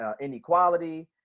inequality